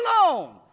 alone